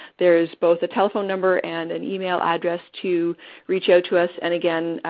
there's both a telephone number and an email address to reach out to us. and again,